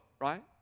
right